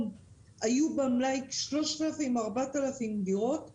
במיידית היו 3,000 4,000 דירות במלאי.